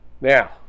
Now